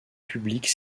publique